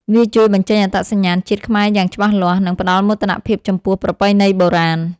វាជួយបញ្ចេញអត្តសញ្ញាណជាតិខ្មែរយ៉ាងច្បាស់លាស់ និងផ្ដល់មោទនភាពចំពោះប្រពៃណីបុរាណ។